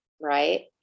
right